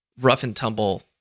rough-and-tumble